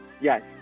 yes